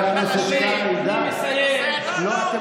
מנסור, אבל זה כואב כי מי שמשלם את זה זה החלשים.